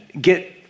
get